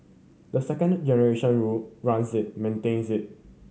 the second generation run runs it maintains it